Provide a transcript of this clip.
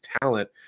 talent